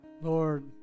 Lord